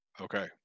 Okay